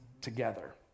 together